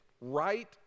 right